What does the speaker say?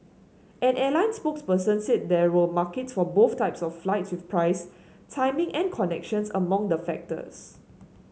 an airline spokes person said there were markets for both types of flights with price timing and connections among the factors